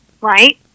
Right